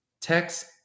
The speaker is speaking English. text